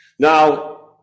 Now